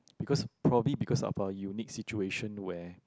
because probably because of our unique situation where